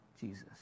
Jesus